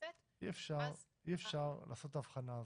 נכנסת --- אי אפשר לעשות את ההבחנה הזו.